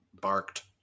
barked